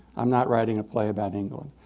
i'm not writing a play about england.